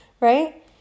right